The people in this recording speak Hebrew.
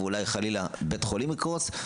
ואולי חלילה בית חולים יקרוס?